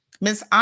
Miss